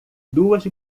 duas